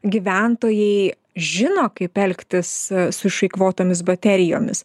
gyventojai žino kaip elgtis su išeikvotomis baterijomis